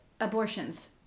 abortions